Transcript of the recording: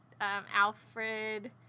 Alfred